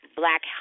black